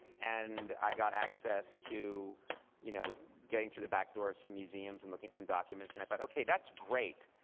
and i got access to you know getting through the back door of some museums, and looking some documents. and i thought, ok, that's great!